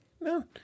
No